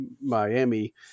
Miami